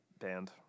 band